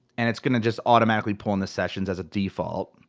and it's gonna just automatically pull in the sessions as a default.